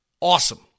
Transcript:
awesome